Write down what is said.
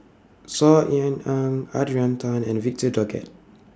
Saw Ean Ang Adrian Tan and Victor Doggett